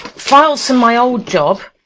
files from my old job